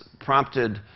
prompted